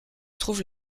trouve